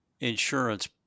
insurance